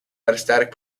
metastatic